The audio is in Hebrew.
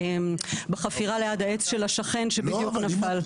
בחפירה ליד העץ של השכן שבדיוק נפל.